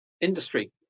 industry